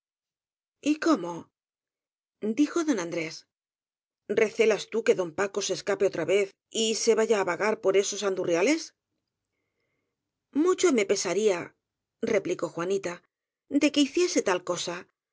novio y cóm o dijo don andrés recelas tú que don paco se escape otra vez y se vaya á vagar por esos andurriales m ucho me pesaría replicó juanita de que hiciese tal cosa